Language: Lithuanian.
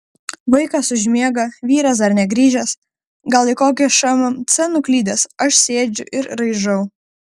vaikas užmiega vyras dar negrįžęs gal į kokį šmc nuklydęs aš sėdžiu ir raižau